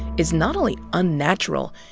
is not only unnatural,